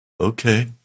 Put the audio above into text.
Okay